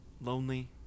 lonely